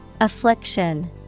Affliction